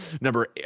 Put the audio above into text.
number